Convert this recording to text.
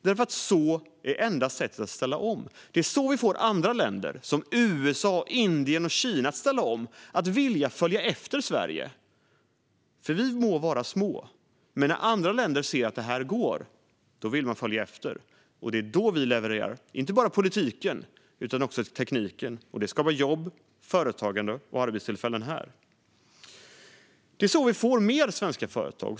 Det är enda sättet att ställa om. Det är så vi får andra länder som USA, Indien och Kina att ställa om och vilja följa efter Sverige. Vi må vara små, men när andra länder ser att det här går vill de följa efter, och det är då vi levererar inte bara politiken utan också tekniken. Det skapar jobb, företagande och arbetstillfällen här. Det är så vi får fler svenska företag.